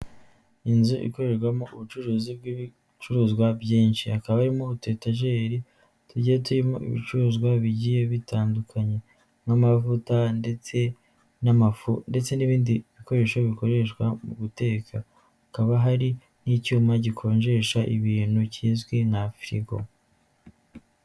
Inzu ikorerwamo ubucuruzi bw'ibicuruzwa byinshi, hakaba haririmo utu etajeri tugiye turimo ibicuruzwa bigiye bitandukanye nk'amavuta ndetse n'amafu, ndetse n'ibindi bikoresho bikoreshwa mu guteka, hakaba hari n'icyuma gikonjesha ibintu kizwi nka firigo.